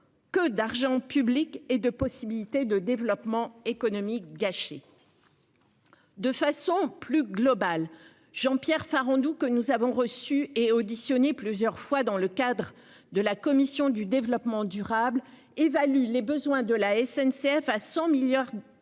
Que d'argent public et de possibilités de développement économique gâcher. De façon plus globale, Jean-Pierre Farandou, que nous avons. Et auditionné plusieurs fois dans le cadre de la commission du développement durable évalue les besoins de la SNCF à 100 milliards d'euros